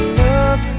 love